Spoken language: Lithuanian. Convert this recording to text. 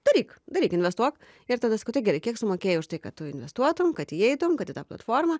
daryk daryk investuok ir tada sakau tai gerai kiek sumokėjai už tai kad tu investuotum kad įeitum kad į tą platformą